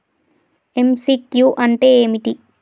MCQ అంటే ఏమిటి?